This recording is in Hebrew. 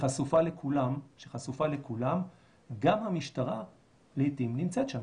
שחשופה לכולם גם המשטרה לעיתים נמצאת שם.